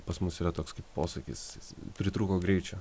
pas mus yra toks kaip posakis jis pritrūko greičio